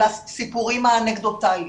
על הסיפורים האנקדוטליים,